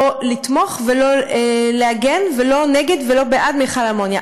לא לתמוך, ולא להגן, לא נגד ולא בעד מכל האמוניה.